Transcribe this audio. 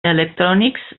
electrònics